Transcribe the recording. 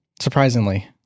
Surprisingly